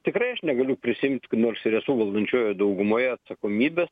tikrai aš negaliu prisiimt nors ir esu valdančiojoj daugumoje atsakomybės